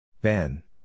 Ben